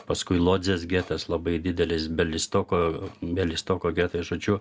paskui lodzės getas labai didelis belistoko belistoko getai žodžiu